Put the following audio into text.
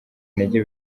intege